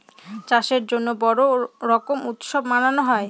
চাষের জন্য বড়ো রকম উৎসব মানানো হয়